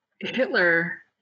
Hitler